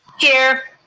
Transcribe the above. here.